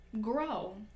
grow